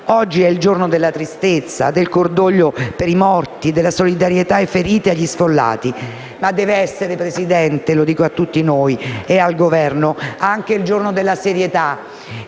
Oggi è il giorno della tristezza, del cordoglio per i morti e della solidarietà ai feriti e agli sfollati ma deve essere - Presidente, lo dico a tutti noi e al Governo - anche il giorno della serietà